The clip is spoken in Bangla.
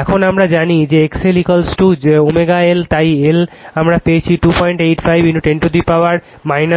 এখন আমরা জানি যে XLLω তাই L আমরা পেয়েছি 258 10 এর